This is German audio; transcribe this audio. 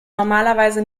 normalerweise